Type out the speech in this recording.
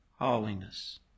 holiness